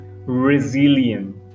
resilient